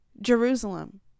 Jerusalem